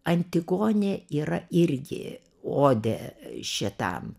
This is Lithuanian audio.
antigonė yra irgi odė šitam